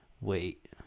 Wait